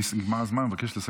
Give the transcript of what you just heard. נגמר הזמן, אני מבקש לסכם.